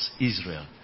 Israel